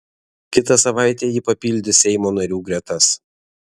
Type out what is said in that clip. kitą savaitę ji papildys seimo narių gretas